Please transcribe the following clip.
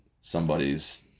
somebody's